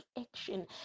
action